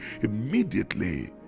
immediately